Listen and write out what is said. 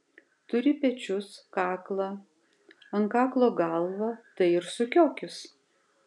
turi pečius kaklą ant kaklo galvą tai ir sukiokis